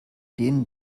dem